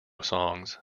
songs